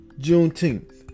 Juneteenth